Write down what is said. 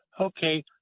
Okay